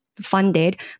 funded